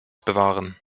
bewahren